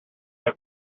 have